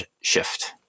shift